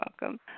welcome